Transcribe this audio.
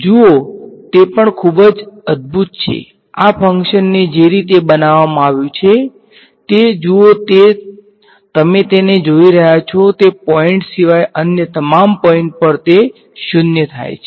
જુઓ તે પણ ખૂબ જ અદભુત છે આ ફંક્શનને જે રીતે બનાવવામાં આવ્યું છે તે જુઓ તે તમે તેને જોઈ રહ્યાં છો તે પોઈંટ સિવાય અન્ય તમામ પોઈંટ પર તે 0 થાય છે